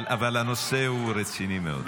אבל הנושא רציני מאוד.